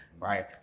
right